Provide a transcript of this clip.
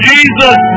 Jesus